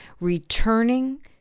Returning